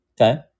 Okay